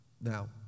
Now